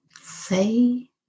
say